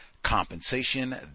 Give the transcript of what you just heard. compensation